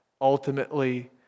ultimately